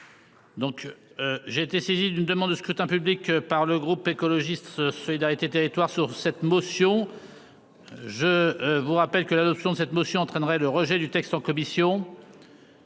J'ai été saisi d'une demande de scrutin public par le groupe écologiste solidarité et territoires sur cette motion. Je vous rappelle que l'adoption de cette motion entraînerait le rejet du texte en commission.